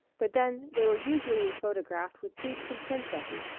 but then they were usually photographed with dukes and princesses,